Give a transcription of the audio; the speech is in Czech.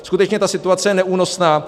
Skutečně ta situace je neúnosná.